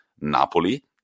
Napoli